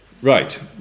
Right